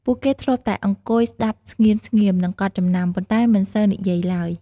ពួកគេធ្លាប់តែអង្គុយស្តាប់ស្ងៀមៗ និងកត់ចំណាំ ប៉ុន្តែមិនសូវនិយាយឡើយ។